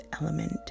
element